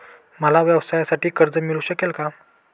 मला व्यवसायासाठी कर्ज मिळू शकेल का?